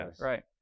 Right